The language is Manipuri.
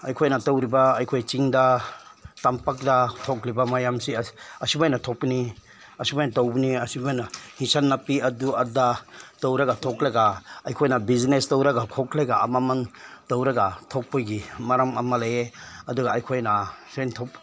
ꯑꯩꯈꯣꯏꯅ ꯇꯧꯔꯤꯕ ꯑꯩꯈꯣꯏ ꯆꯤꯡꯗ ꯇꯝꯄꯥꯛꯇ ꯊꯣꯛꯂꯤꯕ ꯃꯌꯥꯝꯁꯤ ꯑꯁꯨꯃꯥꯏꯅ ꯊꯣꯛꯄꯅꯤ ꯑꯁꯨꯃꯥꯏꯅ ꯇꯧꯕꯅꯤ ꯑꯁꯨꯃꯥꯏꯅ ꯑꯦꯟꯖꯁꯥꯡ ꯅꯥꯄꯤ ꯑꯗꯨ ꯑꯗꯥ ꯇꯧꯔꯒ ꯊꯣꯛꯂꯒ ꯑꯩꯈꯣꯏꯅ ꯕꯤꯖꯤꯅꯦꯖ ꯇꯧꯔꯒ ꯈꯣꯠꯂꯒ ꯑꯃꯃꯝ ꯇꯧꯔꯒ ꯊꯣꯛꯄꯒꯤ ꯃꯔꯝ ꯑꯃ ꯂꯩꯌꯦ ꯑꯗꯨꯒ ꯑꯩꯈꯣꯏꯅ ꯁꯦꯟ